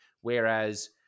Whereas